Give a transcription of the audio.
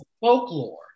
folklore